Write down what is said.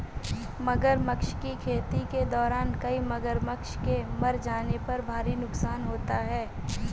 मगरमच्छ की खेती के दौरान कई मगरमच्छ के मर जाने पर भारी नुकसान होता है